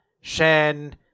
Shen